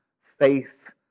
faith